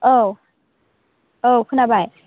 औ औ खोनाबाय